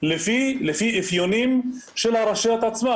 לפי אפיונים של הרשויות עצמן.